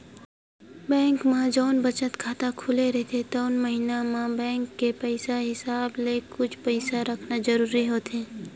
bank म जउन बचत खाता खुले रहिथे तउन म महिना म बेंक के हिसाब ले कुछ पइसा रखना जरूरी होथे